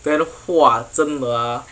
then !wah! 真的啊